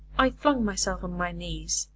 i flung myself on my knees,